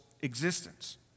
existence